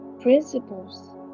principles